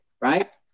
Right